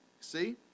see